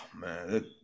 Man